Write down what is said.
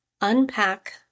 Unpack